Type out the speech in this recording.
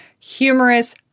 humorous